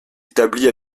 établi